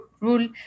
rule